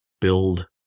build